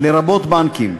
לרבות בנקים,